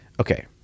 okay